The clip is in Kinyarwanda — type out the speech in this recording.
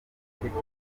muganga